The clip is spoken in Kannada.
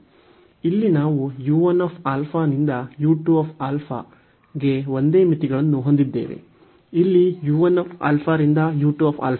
ಇಲ್ಲಿ ನಾವು u 1 α ನಿಂದ u 2 α ಗೆ ಒಂದೇ ಮಿತಿಗಳನ್ನು ಹೊಂದಿದ್ದೇವೆ ಇಲ್ಲಿ u 1 α ರಿಂದ u 2 α